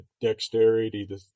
dexterity